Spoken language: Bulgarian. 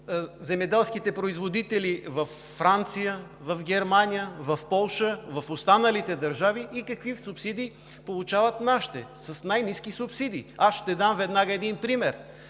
земеделските производители във Франция, в Германия, в Полша, в останалите държави и какви субсидии получават нашите – най-ниски субсидии. Веднага ще дам пример.